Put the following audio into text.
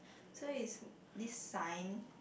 so is this sign